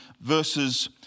verses